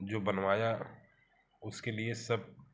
जो बनवाया है उसके लिए सब